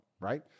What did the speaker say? right